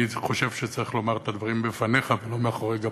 כי אני חושב שצריך להגיד את הדברים בפניך ולא מאחורי גבך,